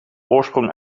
oorsprong